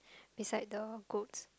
beside the goats